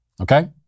Okay